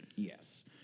Yes